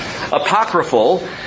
Apocryphal